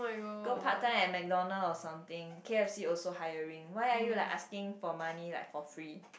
go part time at McDonald or something K_F_C also hiring why are you like asking for money like for free